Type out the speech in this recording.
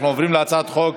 אנחנו עוברים להצעת חוק